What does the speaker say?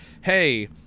hey